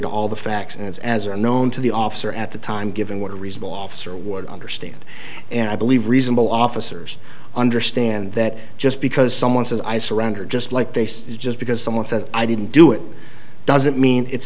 to all the facts as are known to the officer at the time given what a reasonable officer would understand and i believe reasonable officers understand that just because someone says i surrender just like they say just because someone says i didn't do it doesn't mean it's